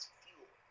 fuel